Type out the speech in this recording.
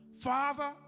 Father